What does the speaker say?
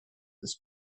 this